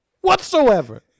whatsoever